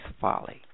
folly